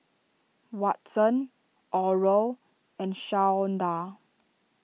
Watson Oral and Shawnda